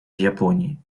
японии